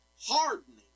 hardening